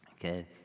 Okay